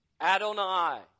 Adonai